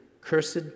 Cursed